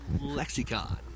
Lexicon